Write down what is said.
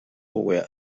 were